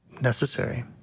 necessary